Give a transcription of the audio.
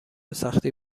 سختی